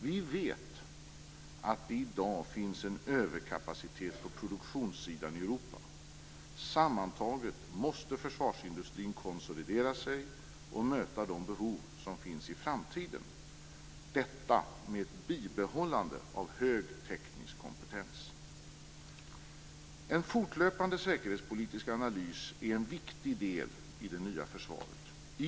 Vi vet att det i dag finns en överkapacitet på produktionssidan i Europa. Sammantaget måste försvarsindustrin konsolidera sig och möta de behov som finns i framtiden, detta med ett bibehållande av hög teknisk kompetens. En fortlöpande säkerhetspolitisk analys är en viktig del i det nya försvaret.